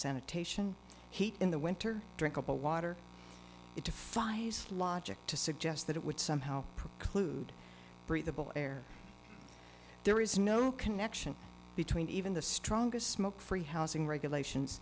sanitation heat in the winter drink water it defies logic to suggest that it would somehow preclude breathable air there is no connection between even the strongest smoke free housing regulations